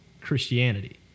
Christianity